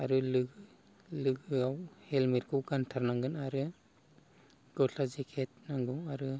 आरो लोगो लोगोयाव हेलमेटखौ गान्थारनांगोन आरो ग'स्ला जेकेट नांगौ आरो